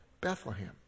Bethlehem